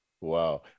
Wow